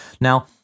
Now